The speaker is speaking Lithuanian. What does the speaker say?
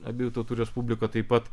abiejų tautų respublika taip pat